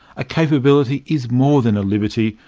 a capability is more than a liberty,